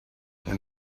and